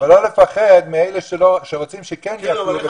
אבל לא לפחד מאלה שרוצים שכן יפלו.